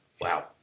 wow